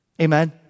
Amen